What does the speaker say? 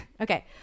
Okay